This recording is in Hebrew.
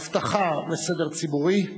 אבטחה וסדר ציבורי),